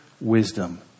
wisdom